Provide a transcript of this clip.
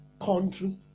country